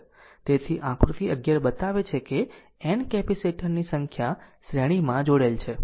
તેથી આકૃતિ 11 બતાવે છે n કેપેસિટર ની સંખ્યા શ્રેણીમાં જોડાયેલ છે